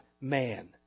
man